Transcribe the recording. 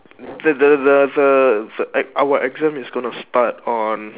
then the the the the e~ our exam is going to start on